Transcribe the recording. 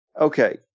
Okay